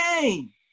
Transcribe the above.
game